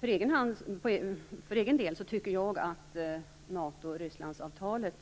För egen del tycker jag att NATO-Rysslandavtalet